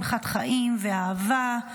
שמחת חיים ואהבה,